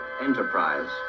Enterprise